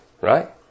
right